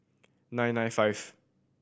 nine nine five